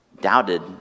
Doubted